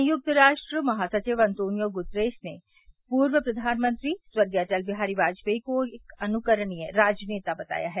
संयुक्त राष्ट्र महासचिव अंतोनियो गृतेरश ने पूर्व प्रधानमंत्री स्वर्गीय अटल बिहारी वाजपेई को एक अनुकरणीय राजनेता बताया है